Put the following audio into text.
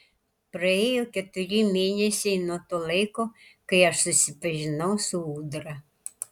praėjo keturi mėnesiai nuo to laiko kai aš susipažinau su ūdra